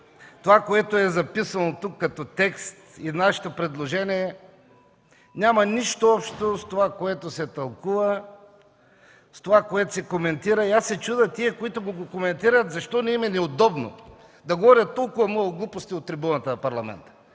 това, което е записано тук като текст, и нашето предложение, няма нищо общо с това, което се тълкува, с това, което се коментира. Аз се чудя тези, които го коментират, защо не им е неудобно да говорят толкова много глупости от трибуната на Парламента.